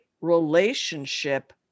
relationship